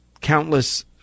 countless